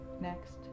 next